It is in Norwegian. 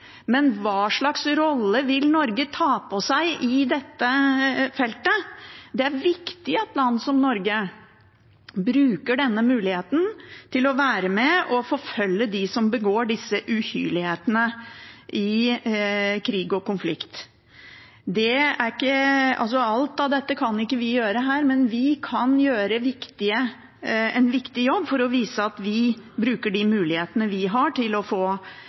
men hva slags rolle vil Norge ta på seg på dette feltet? Det er viktig at land som Norge bruker denne muligheten til å være med og forfølge dem som begår disse uhyrlighetene i krig og konflikt. Alt kan ikke vi gjøre her, men vi kan gjøre en viktig jobb for å vise at vi bruker de mulighetene vi har til å få